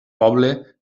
poble